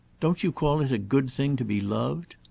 don't you call it a good thing to be loved?